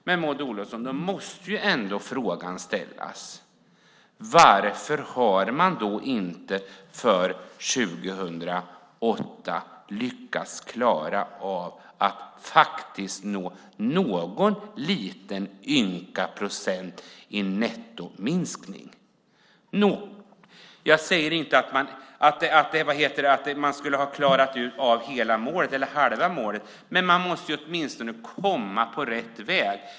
Men frågan måste ställas, Maud Olofsson, varför man för 2008 inte lyckats klara av att faktiskt nå någon liten ynka procent i nettominskning. Jag säger inte att man skulle ha klarat hela eller halva målet, men man måste åtminstone komma på rätt väg.